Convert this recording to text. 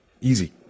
easy